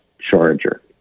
charger